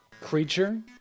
creature